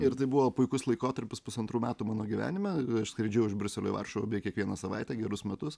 ir tai buvo puikus laikotarpis pusantrų metų mano gyvenime skraidžiau iš briuselio į varšuvą beveik kiekvieną savaitę gerus metus